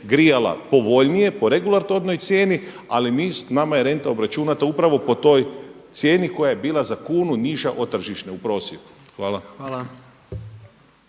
grijala povoljnije po regulatornoj cijeni, ali mi, nama je renta obračunata upravo po toj cijeni koja je bila za kunu niža od tržišne u prosjeku. Hvala.